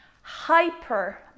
hyper